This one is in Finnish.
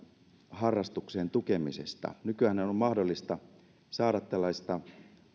harrastuksien tukemisesta nykyäänhän on on mahdollista saada tällaista